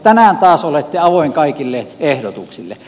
tänään taas olette avoin kaikille ehdotuksille